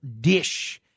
dish